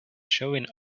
showing